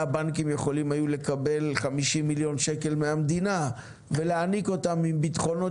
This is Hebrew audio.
הבנקים היו יכולים לקבל 50 מיליון שקל מהמדינה ולהעניק אותם עם ביטחונות